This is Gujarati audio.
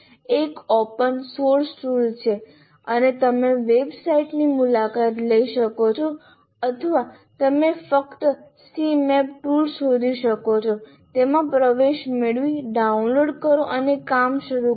તે એક ઓપન સોર્સ ટૂલ છે અને તમે વેબસાઇટની મુલાકાત લઇ શકો છો અથવા તમે ફક્ત Cmap ટૂલ શોધી શકો છો તેમાં પ્રવેશ મેળવી ડાઉનલોડ કરો અને કામ શરૂ કરો